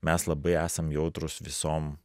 mes labai esam jautrūs visom